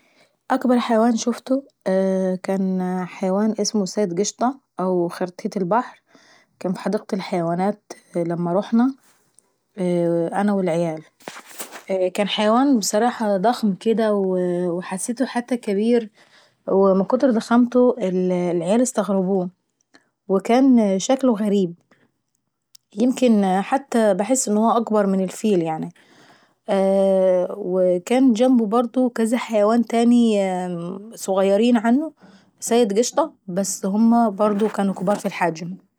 اكبر حيوان شوفته اييه كان حيوان اسمه سيد قشطة او خرتيت البحر، كان في حديقة الحيوانات لما رحنا انا والعيال. كان حيوان بصراحة ضخم كده وحسيته حتى كبير ومن كتر ضخامته والعيال كمان استغربوه وكان شكله غريب. ويمكن حتى باحسه اكبر من الفيل يعنيا. وكان جنبه برضه كذا حيوان تاني ظغيرين عنه سيد فقشطة بس هما برضو كانوا كبار في الحجم.